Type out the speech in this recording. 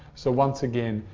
so once again,